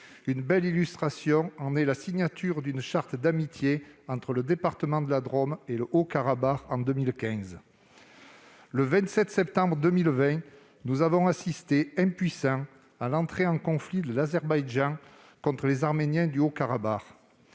Une belle illustration en est la signature d'une charte d'amitié entre le département de la Drôme et le Haut-Karabakh en 2015. Le 27 septembre 2020, nous avons assisté impuissants à l'entrée en conflit de l'Azerbaïdjan contre les Arméniens du Haut-Karabakh.